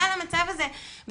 המצב הזה בלתי נסבל,